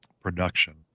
production